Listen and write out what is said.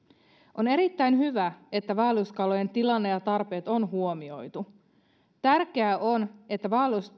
on erittäin hyvä että vaelluskalojen tilanne ja tarpeet on huomioitu tärkeää on että